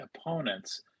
opponents